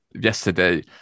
yesterday